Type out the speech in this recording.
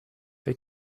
they